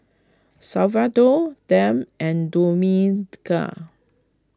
Salvador Deb and